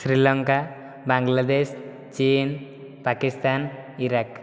ଶ୍ରୀଲଙ୍କା ବାଂଲାଦେଶ୍ ଚୀନ୍ ପାକିସ୍ତାନ୍ ଇରାକ୍